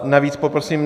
Navíc poprosím...